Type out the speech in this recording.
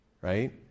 Right